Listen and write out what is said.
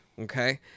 Okay